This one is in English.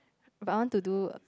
but I want to do